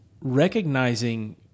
recognizing